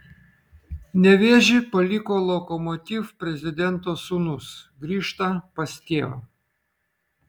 nevėžį paliko lokomotiv prezidento sūnus grįžta pas tėvą